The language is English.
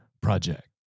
project